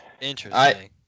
Interesting